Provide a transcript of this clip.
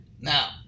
now